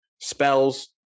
Spells